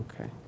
Okay